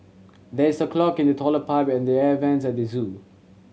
there is a clog in the toilet pipe and the air vents at the zoo